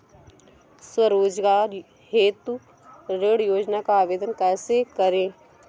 स्वरोजगार हेतु ऋण योजना का आवेदन कैसे करें?